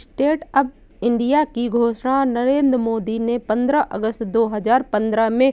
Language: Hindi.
स्टैंड अप इंडिया की घोषणा नरेंद्र मोदी ने पंद्रह अगस्त दो हजार पंद्रह में